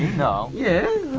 no. yeah.